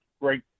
great